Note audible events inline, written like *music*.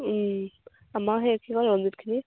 আমাৰ সেই *unintelligible* ৰঞ্জিতখিনি